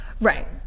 Right